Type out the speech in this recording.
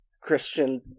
christian